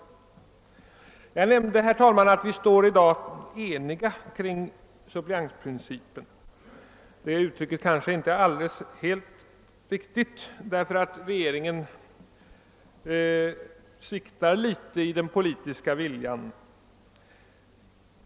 Jag nämnde att vi i dag står eniga kring suppleantprincipen. Det uttrycket kanske inte är helt riktigt, eftersom regeringen sviktar litet i den politiska viljan.